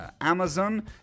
Amazon